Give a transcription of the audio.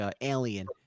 Alien